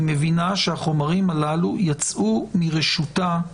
היא מבינה שהחומרים הללו יצאו מרשותה,